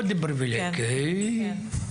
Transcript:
מאוד פריבילג, כן.